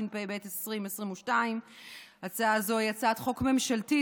התשפ"ב 2022. הצעה זו היא הצעת חוק ממשלתית,